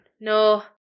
No